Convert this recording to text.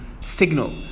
signal